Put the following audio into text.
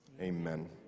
Amen